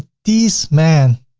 these men,